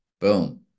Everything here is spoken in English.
boom